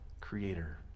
Creator